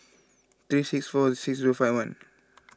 three six five four six zero five one